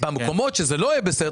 במקומות שזה לא יהיה בסדר,